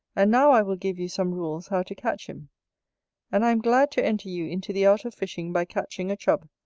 and now i will give you some rules how to catch him and i am glad to enter you into the art of fishing by catching a chub,